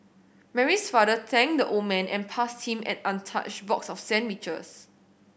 Mary's father thanked the old man and passed him an untouched box of sandwiches